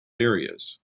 areas